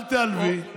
אל תיעלבי,